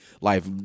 life